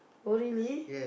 oh really